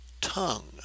tongue